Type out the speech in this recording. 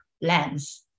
lens